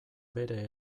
bere